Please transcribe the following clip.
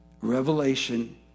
Revelation